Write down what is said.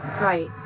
Right